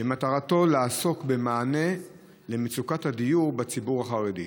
שמטרתו לעסוק במתן מענה למצוקת הדיור בציבור החרדי.